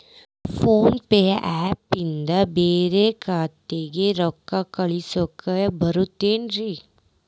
Phone pay app ನಿಂದ ಬ್ಯಾರೆ ಖಾತೆಕ್ ರೊಕ್ಕಾ ಕಳಸಾಕ್ ಬರತೈತೇನ್ರೇ?